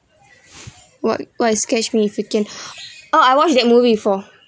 what what is catch me if you can oh I watched that movie before